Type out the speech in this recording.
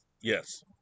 Yes